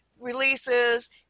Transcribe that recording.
releases